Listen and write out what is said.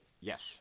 Yes